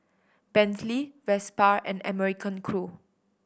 Bentley Vespa and American Crew